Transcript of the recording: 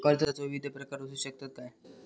कर्जाचो विविध प्रकार असु शकतत काय?